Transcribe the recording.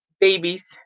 babies